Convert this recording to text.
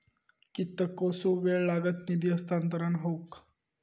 कितकोसो वेळ लागत निधी हस्तांतरण हौक?